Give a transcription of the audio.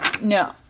No